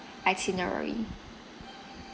itinerary